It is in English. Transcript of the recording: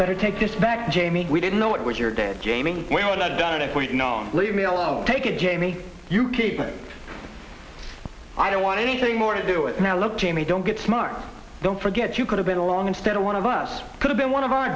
better take this back jamie we didn't know it was your dad jamie well i doubt if we'd known leave me alone take it jamie you keep it i don't want anything more to do it now look jamie don't get smart don't forget you could have been along instead of one of us could've been one of our